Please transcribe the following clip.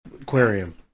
aquarium